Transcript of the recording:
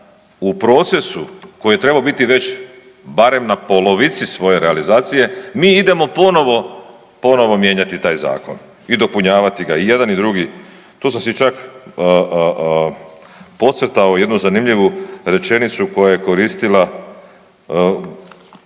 u procesu koji je trebao biti već barem na polovici svoje realizacije mi idemo ponovo, ponovo mijenjati taj zakon i dopunjavati ga i jedan i drugi. Tu sam si čak podcrtao jednu zanimljivu rečenicu koja je koristila